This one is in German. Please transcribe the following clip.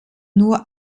nur